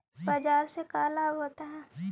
बाजार से का लाभ होता है?